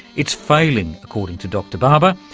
it's failing, according to dr barber,